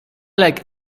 like